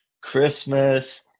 Christmas